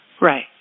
Right